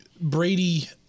Brady